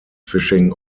fishing